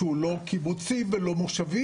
שהוא לא קיבוצי ולא מושבי,